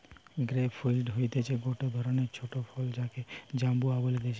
grape fruit হতিছে গটে ধরণের ছোট ফল যাকে জাম্বুরা বলতিছে